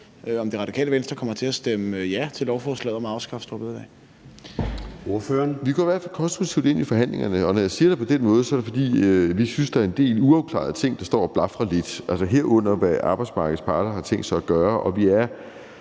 (Søren Gade): Ordføreren. Kl. 18:04 Martin Lidegaard (RV): Vi går i hvert fald konstruktivt ind i forhandlingerne, og når jeg siger det på den måde, er det, fordi vi synes, der er en del uafklarede ting, der står og blafrer lidt – herunder hvad arbejdsmarkedets parter har tænkt sig at gøre. Og vi